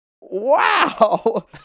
wow